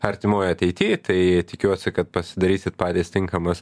artimoj ateity tai tikiuosi kad pasidarysit patys tinkamas